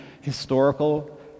historical